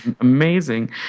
amazing